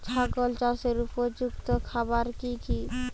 ছাগল চাষের উপযুক্ত খাবার কি কি?